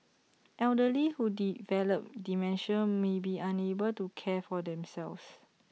elderly who develop dementia may be unable to care for themselves